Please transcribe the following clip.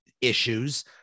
issues